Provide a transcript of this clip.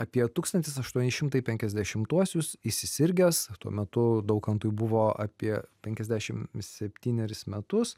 apie tūkstantis aštuoni šimtai penkiasdešimtuosius įsisirgęs tuo metu daukantui buvo apie penkiasdešim septyneris metus